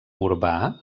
urbà